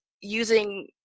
using